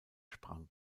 sprang